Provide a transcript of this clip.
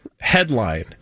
Headline